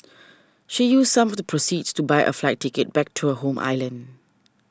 she used some of the proceeds to buy a flight ticket back to her home island